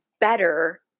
better